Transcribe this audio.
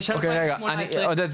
מ-2018.